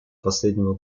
последнего